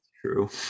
true